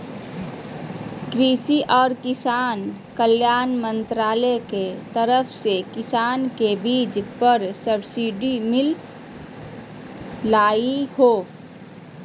कृषि आर किसान कल्याण मंत्रालय के तरफ से किसान के बीज पर सब्सिडी मिल लय हें